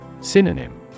Synonym